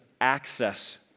access